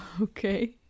Okay